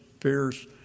fierce